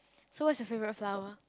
so what is your favourite flower